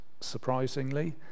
surprisingly